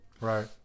right